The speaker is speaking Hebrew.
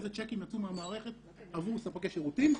איזה צ'קים יצאו מהמערכת עבור ספקי שירותים.